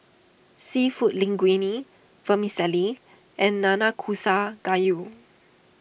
Seafood Linguine Vermicelli and Nanakusa Gayu